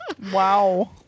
Wow